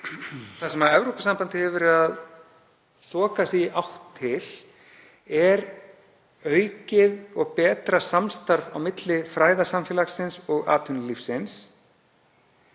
það sem Evrópusambandið hefur verið að þokast í átt til er aukið og betra samstarf á milli fræðasamfélagsins og atvinnulífsins